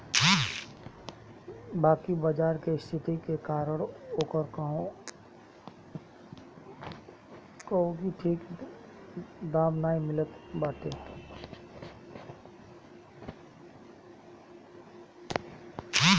बाकी बाजार के स्थिति के कारण ओकर कवनो ठीक दाम नाइ मिलत बाटे